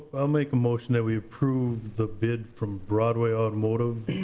i'll make a motion that we approve the bid from broadway automotive